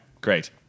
great